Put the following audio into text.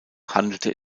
handelte